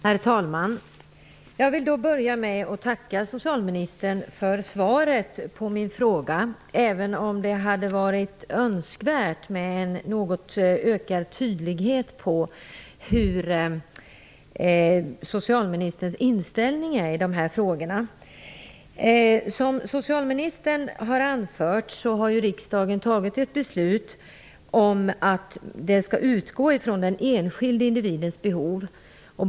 Herr talman! Jag vill börja med att tacka socialministern för svaret på min fråga, även om det hade varit önskvärt med en något ökad tydlighet beträffande socialministerns inställning i de här frågorna. Som socialministern har anfört har riksdagen fattat ett beslut om att man skall utgå från den enskilda individens behov.